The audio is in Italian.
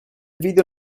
video